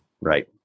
Right